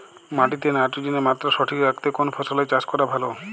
মাটিতে নাইট্রোজেনের মাত্রা সঠিক রাখতে কোন ফসলের চাষ করা ভালো?